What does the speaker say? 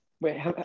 Wait